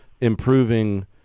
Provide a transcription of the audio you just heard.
improving